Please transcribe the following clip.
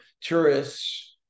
tourists